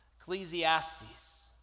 Ecclesiastes